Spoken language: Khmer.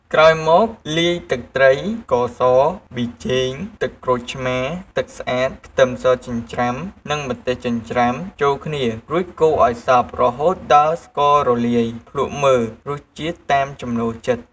ក្រោយមកលាយទឹកត្រី ស្ករស ប៊ីចេង ទឹកក្រូចឆ្មារ ទឹកស្អាត ខ្ទឹមសចិញ្ច្រាំ និងម្ទេសចិញ្ច្រាំចូលគ្នារួចកូរឲ្យសព្វរហូតដល់ស្កររលាយ ភ្លក់មើលរសជាតិតាមចំណូលចិត្ត។